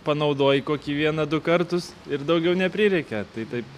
panaudoji kokį vieną du kartus ir daugiau neprireikia tai taip